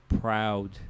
proud